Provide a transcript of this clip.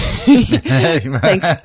thanks